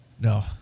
No